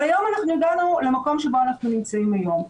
אבל היום אנחנו הגענו למקום שבו אנחנו נמצאים היום.